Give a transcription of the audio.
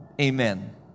Amen